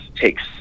takes